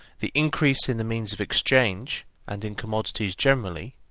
the increase in the means of exchange and in commodities generally,